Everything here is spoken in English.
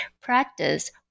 practice